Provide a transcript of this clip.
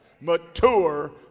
mature